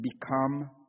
become